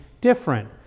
different